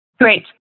Great